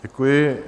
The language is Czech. Děkuji.